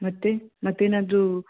ಮತ್ತೆ ಮತ್ತೇನಾದರೂ